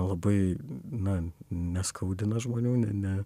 labai na neskaudina žmonių ne ne